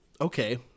okay